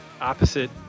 opposite